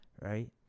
right